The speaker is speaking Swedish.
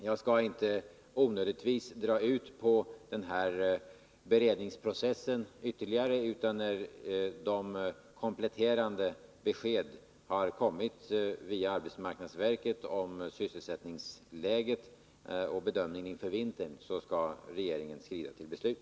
Jag skall inte onödigtvis dra ut på den här beredningsprocessen, utan när kompletterande besked har kommit via arbetsmarknadsverket om sysselsättningsläget och bedömningen inför vintern, skall regeringen skrida till beslut.